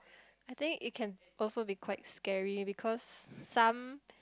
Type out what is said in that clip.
I think it can also be quite scary because some